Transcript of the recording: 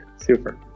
super